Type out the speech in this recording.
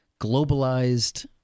globalized